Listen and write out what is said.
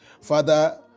Father